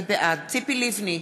בעד ציפי לבני,